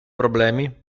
problemi